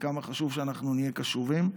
וכמה חשוב שאנחנו נהיה קשובים,